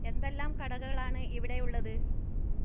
എന്തെല്ലാം കടകളാണ് ഇവിടെ ഉള്ളത്